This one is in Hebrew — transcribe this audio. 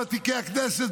ותיקי הכנסת,